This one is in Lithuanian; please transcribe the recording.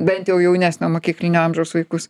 bent jau jaunesnio mokyklinio amžiaus vaikus